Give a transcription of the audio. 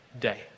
day